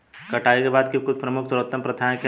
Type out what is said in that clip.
कटाई के बाद की कुछ प्रमुख सर्वोत्तम प्रथाएं क्या हैं?